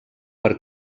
per